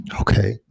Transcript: Okay